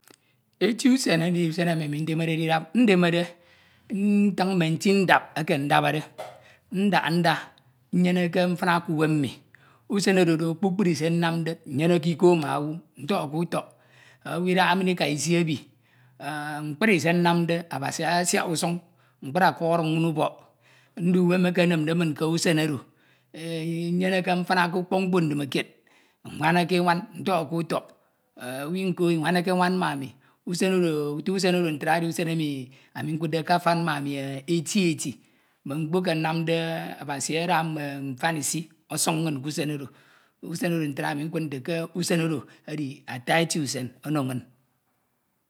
Eti usen edi usem emi mi ndemede idap, ndemede, ntiñ mme nti ndap eke ndabade ndaha nda, nnyeneke nifina k’uwem mmi usen oro do kpukpri se nnamde nnyeneke ika ma owu nfọhọke utọk, owu idaha min ika isi ebi, euh mkpri se nnamde Abasi asiak usañ mkpri ọkuk ọduk inñ ubọk, ndu uwem eke enemde min k’usen odo euh nyeneke mfina k’upọk mkpo, ndimekide, nwanake enwan ntọhọke utọk, euh owu nko inwanake enwan ma ami, usen oro, uto usen oro ntra edi usen emi ami nkudde ke afan ma ami eti eti, mme mkpo eke nnamde, Abasi ada mme mfan isi ọsọk inñ k’usen oro, mme usen oro ntra ani nkud nte k’usen oro, mme usen oro ntra ami nkud nte k’usen oro edi eti usen ata eti usen ono inñ.